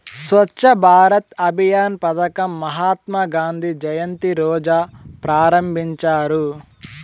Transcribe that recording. స్వచ్ఛ భారత్ అభియాన్ పదకం మహాత్మా గాంధీ జయంతి రోజా ప్రారంభించినారు